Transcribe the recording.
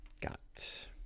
got